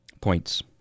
points